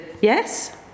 yes